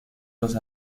los